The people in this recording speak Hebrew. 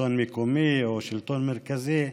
שלטון מקומי או שלטון מרכזי,